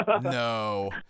No